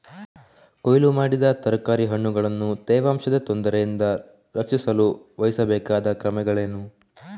ಕೊಯ್ಲು ಮಾಡಿದ ತರಕಾರಿ ಹಣ್ಣುಗಳನ್ನು ತೇವಾಂಶದ ತೊಂದರೆಯಿಂದ ರಕ್ಷಿಸಲು ವಹಿಸಬೇಕಾದ ಕ್ರಮಗಳೇನು?